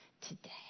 Today